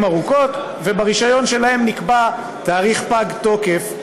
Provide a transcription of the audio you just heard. ארוכות וברישיון שלהם נקבע תאריך לפקיעת תוקף.